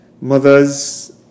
mothers